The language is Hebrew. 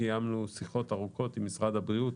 קיימנו שיחות ארוכות עם משרד הבריאות